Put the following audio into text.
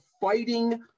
fighting